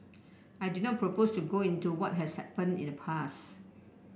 I do not propose to go into what has happened in the past